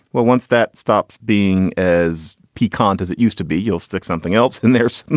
well, once that stops being as piquant as it used to be, he'll stick something else in there,